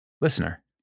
Listener